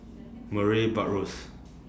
Murray Buttrose